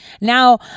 Now